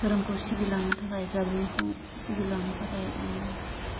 धोरोमखौ सिबिलांनो थाखाय जारिमिनखौ सिबिलांनो थाखाय